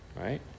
right